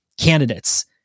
candidates